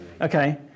okay